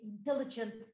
intelligent